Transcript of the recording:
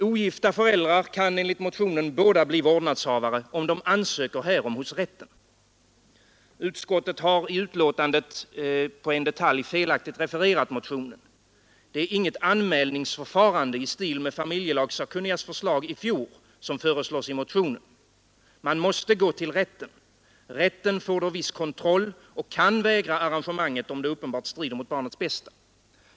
Ogifta föräldrar kan enligt motionen båda bli vårdnadshavare, om de ansöker härom hos rätten. Utskottet har i betänkandet i en detalj felaktigt refererat motionen. Det är inget anmälningsförfarande i stil med familjelagssakkunnigas förslag i fjol som föreslås i motionen. Man måste gå till rätten. Rätten får då viss kontroll och kan vägra arrangemanget, om det uppenbart strider mot barnets bästa.